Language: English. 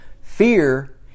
fear